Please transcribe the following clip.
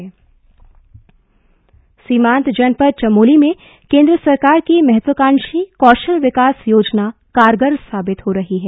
कौशल विकास योजना सीमांत जनपद चमोली में केंद्र सरकार की महत्वकांक्षी कौशल विकास योजना कारगर साबित हो रही है